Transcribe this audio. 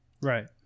Right